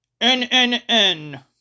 NNN